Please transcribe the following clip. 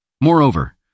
Moreover